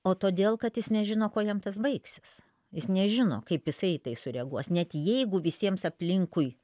o todėl kad jis nežino kuo jam tas baigsis jis nežino kaip jisai į tai sureaguos net jeigu visiems aplinkui